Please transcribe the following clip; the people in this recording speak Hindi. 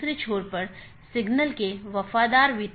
दूसरा BGP कनेक्शन बनाए रख रहा है